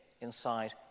inside